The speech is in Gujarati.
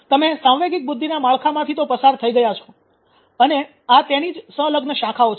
તમે સાંવેગિક બુદ્ધિના માળખામાંથી તો પસાર થઈ ગયા છો અને આ તેની જ સંલગ્ન શાખાઓ છે